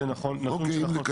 זה נכון לפברואר.